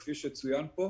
כפי שצוין פה,